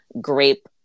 grape